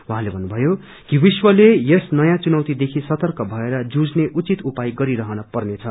उहाँले भन्नुभयो कि विश्वले यस नयाँ चुनौती देखि सर्तक भएर जुझ्ने उचित उपाय गरिरहेन पर्नेछ